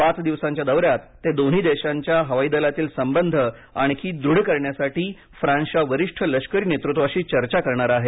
पाच दिवसांच्या दौऱ्यात ते दोन्ही देशांच्या हवाई दलातील संबध आणखी दृढ करण्यासाठी फ्रान्सच्या वरिष्ठ लष्करी नेतृत्वाशी चर्चा करणार आहेत